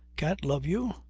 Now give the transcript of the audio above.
can't love you?